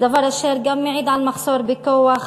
דבר אשר גם מעיד על מחסור בכוח-אדם.